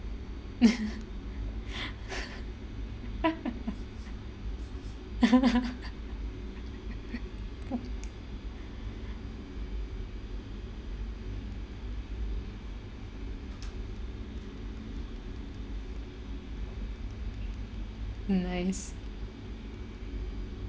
nice